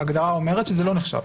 ההגדרה אומרת שזה לא נחשב.